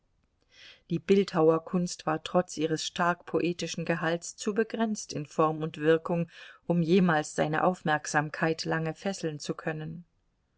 die bildhauerkunst war trotz ihres stark poetischen gehalts zu begrenzt in form und wirkung um jemals seine aufmerksamkeit lange fesseln zu können